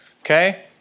okay